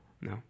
No